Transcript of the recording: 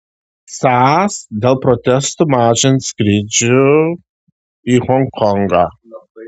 sas dėl protestų mažins skrydžių į honkongą